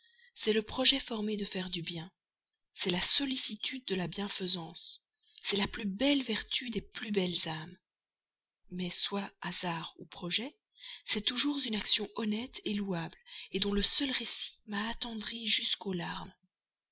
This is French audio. c'est le projet formé de faire du bien c'est la sollicitude de la bienfaisance c'est la plus belle vertu des plus belles âmes mais soit hasard ou projet c'est toujours une action honnête louable dont le seul récit m'a attendrie jusqu'aux larmes